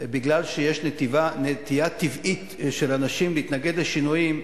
משום שיש נטייה טבעית של אנשים להתנגד לשינויים,